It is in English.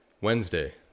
Wednesday